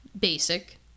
basic